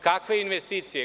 Kakve investicije?